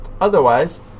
Otherwise